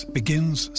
begins